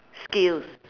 skills